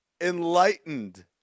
enlightened